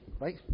right